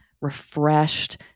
refreshed